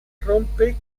rompe